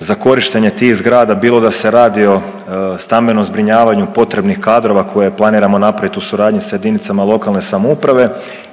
za korištenje tih zgrada bilo da se radi o stambenom zbrinjavanju potrebnih kadrova koje planiramo napravit u suradnji sa jedinicama lokalne samouprave